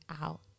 out